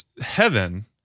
heaven